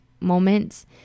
moments